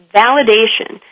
validation